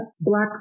black